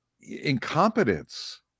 incompetence